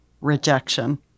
rejection